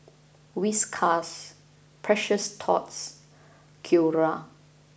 Whiskas Precious Thots Acura